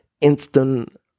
instant